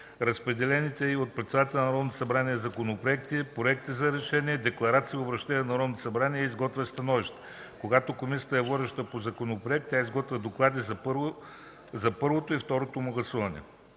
разпределени й от председателя на Народното събрание законопроекти, проекти за решения, декларации и обръщения на Народното събрание и изготвя становища. Когато Комисията е водеща по законопроект, тя изготвя докладите за първото и второто му гласуване;